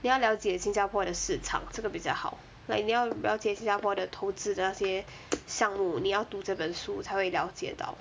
你要了解新加坡的市场这个比较好 like 你要了解新加坡的投资的那些项目你要读这本书才会了解到